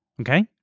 Okay